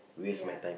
ya